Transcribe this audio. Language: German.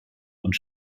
und